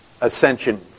ascension